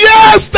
Yes